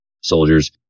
soldiers